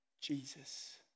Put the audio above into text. Jesus